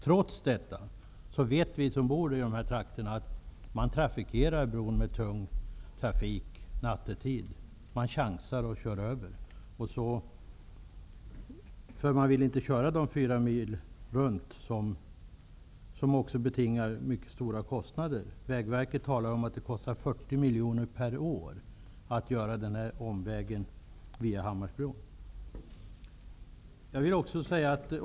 Trots detta vet vi som bor i de här trakterna att tung trafik förekommer på bron nattetid -- man chansar och kör över, då man inte vill köra en omväg på 4 mil. Detta betingar också mycket stora kostnader. Vägverket talar om att det kostar 40 miljoner per år att göra den här omvägen via Hammarsbron.